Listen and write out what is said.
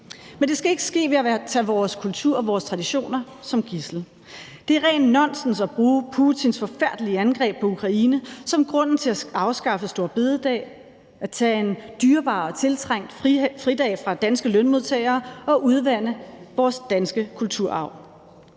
men det skal ikke ske ved at tage vores kultur og vores traditioner som gidsel. Det er rent nonsens at bruge Putins forfærdelige angreb på Ukraine som grunden til at afskaffe store bededag, at tage en dyrebar og tiltrængt fridag fra danske lønmodtagere og udvande vores danske kulturarv.